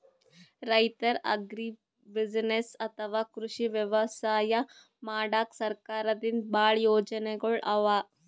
ರೈತರ್ ಅಗ್ರಿಬುಸಿನೆಸ್ಸ್ ಅಥವಾ ಕೃಷಿ ವ್ಯವಸಾಯ ಮಾಡಕ್ಕಾ ಸರ್ಕಾರದಿಂದಾ ಭಾಳ್ ಯೋಜನೆಗೊಳ್ ಅವಾ